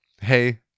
hey